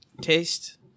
taste